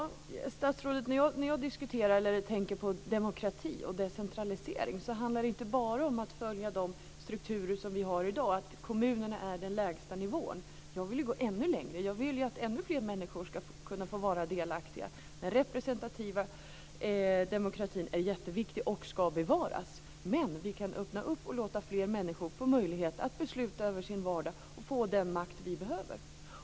Fru talman! När jag diskuterar eller tänker på demokrati och decentralisering så handlar det inte bara om att följa de strukturer som vi har i dag, att kommunerna är den lägsta nivån. Jag vill gå ännu längre. Jag vill att ännu fler människor ska kunna få vara delaktiga. Den representativa demokratin är jätteviktig och ska bevaras. Men vi kan öppna upp och låta fler människor få möjlighet att besluta över sin vardag och få den makt vi alla behöver.